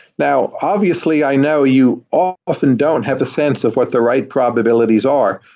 now, obviously i know you ah often don't have the sense of what the right probabilities are.